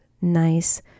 nice